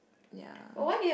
ya